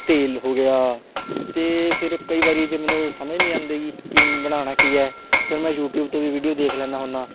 ਤੇਲ ਹੋ ਗਿਆ ਅਤੇ ਫਿਰ ਕਈ ਵਾਰੀ ਜੇ ਮੈਨੂੰ ਸਮਝ ਨਹੀਂ ਆਉਂਦੀ ਕਿਵੇਂ ਬਣਾਉਣਾ ਕੀ ਹੈ ਫਿਰ ਮੈਂ ਯੂਟੀਊਬ ਤੋਂ ਵੀ ਵੀਡੀਓ ਦੇਖ ਲੈਂਦਾ ਹੁੰਦਾ